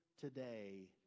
today